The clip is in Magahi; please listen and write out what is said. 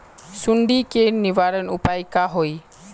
सुंडी के निवारण उपाय का होए?